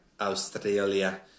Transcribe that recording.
Australia